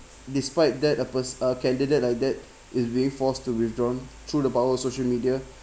despite that a pers~ a candidate like that is being forced to withdrawn through the power of social media